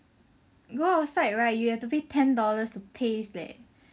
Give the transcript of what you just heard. go outside right you have to pay ten dollars to paste eh